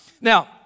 now